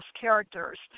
characters